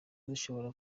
zishobora